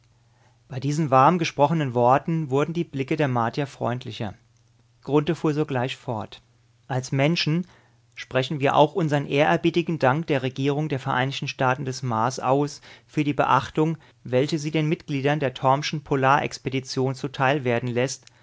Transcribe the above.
bei diesen warm gesprochenen worten wurden die blicke der martier freundlicher grunthe fuhr sogleich fort als menschen sprechen wir auch unsern ehrerbietigen dank der regierung der vereinigten staaten des mars aus für die beachtung welche sie den mitgliedern der tormschen polarexpedition zuteil werden läßt